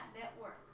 network